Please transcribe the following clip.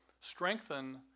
strengthen